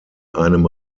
einem